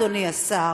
אדוני השר,